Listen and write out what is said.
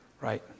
Right